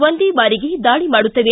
ಒಂದೇ ಬಾರಿಗೆ ದಾಳಿ ಮಾಡುತ್ತವೆ